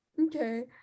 Okay